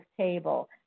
table